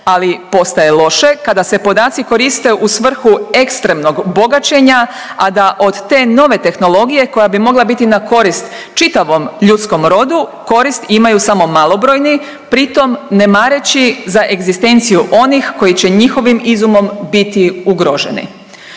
ali postaje loše kada se podaci koriste u svrhu ekstremnog bogaćenja, a da od te nove tehnologije koja bi mogla biti na korist čitavom ljudskom roku, korist imaju samo malobrojni, pritom ne mareći za egzistenciju onih koji će njihovim izumom biti ugroženi.